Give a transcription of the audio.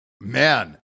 man